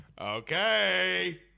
Okay